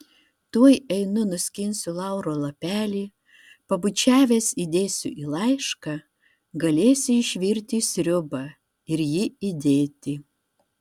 tuoj einu nuskinsiu lauro lapelį pabučiavęs įdėsiu į laišką galėsi išvirti sriubą ir jį įdėti